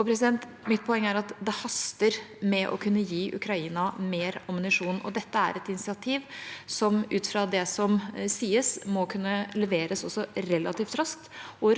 osv. Mitt poeng er at det haster med å kunne gi Ukraina mer ammunisjon. Dette er et initiativ som, ut fra det som sies, må kunne leveres relativt raskt,